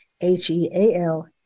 H-E-A-L